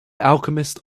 alchemist